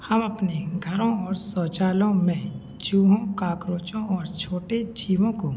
हम अपने घरों और शौचालयों में चूहों काकरोचों और छोटे जीवों को